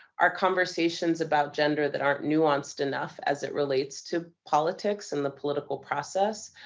are conversations about gender that aren't nuanced enough, as it relates to politics and the political process.